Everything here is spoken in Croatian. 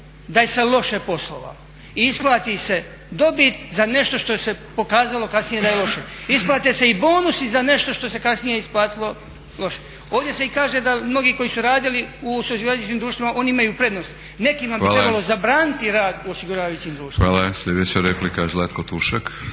da se je loše poslovalo i isplati se dobit za nešto što se pokazalo kasnije da je loše. Isplate se i bonusi za nešto što se kasnije isplatilo loše. Ovdje se i kaže da mnogi koji su radili u socijalističkim društvima oni imaju prednost. Nekima bi trebalo zabraniti rad u osiguravajućim društvima. **Batinić, Milorad (HNS)** Hvala. Sljedeća replika Zlatko Tušak.